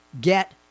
get